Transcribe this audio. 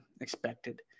expected